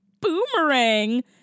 Boomerang